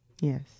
Yes